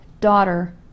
daughter